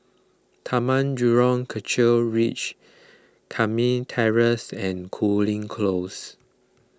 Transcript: Tanah Merah Kechil Ridge Terrace and Cooling Close